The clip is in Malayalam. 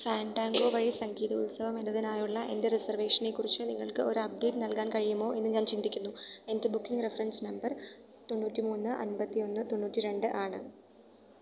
ഫാൻഡാങ്കോ വഴി സംഗീത ഉത്സവം എന്നതിനായുള്ള എൻ്റെ റിസർവേഷനെക്കുറിച്ച് നിങ്ങൾക്ക് ഒരു അപ്ഡേറ്റ് നൽകാൻ കഴിയുമോ എന്ന് ഞാൻ ചിന്തിക്കുന്നു എൻ്റെ ബുക്കിംഗ് റഫറൻസ് നമ്പർ തൊണ്ണൂറ്റിമൂന്ന് അൻപത്തിയൊന്ന് തൊണ്ണൂറ്റിരണ്ട് ആണ്